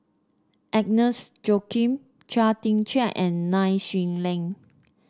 Agnes Joaquim Chia Tee Chiak and Nai Swee Leng